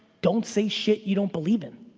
don't say shit you don't believe in.